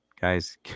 guys